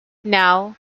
now